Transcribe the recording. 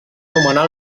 nomenar